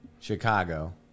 Chicago